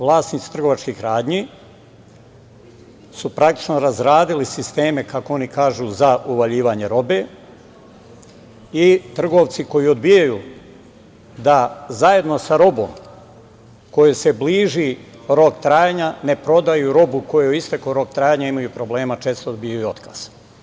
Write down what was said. Vlasnici trgovačkih radnji su praktično razradili sisteme, kako oni kažu, za uvaljivanje robe i trgovci koji odbijaju da zajedno sa robom kojoj se bliži rok trajanja ne prodaju robu kojoj je istakao rok trajanja i imaju često problema i dobijaju otkaz.